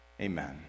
Amen